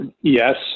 Yes